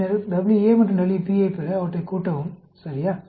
பின்னர் WA மற்றும் WB யைப் பெற அவற்றைக் கூட்டவும் சரியா